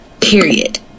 period